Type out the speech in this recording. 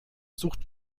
sucht